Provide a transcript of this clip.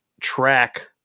track